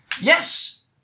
Yes